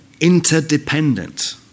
interdependent